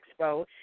Expo